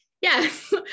Yes